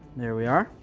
there we are.